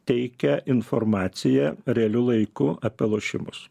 teikia informaciją realiu laiku apie lošimus